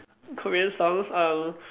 Korean songs uh